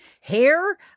hair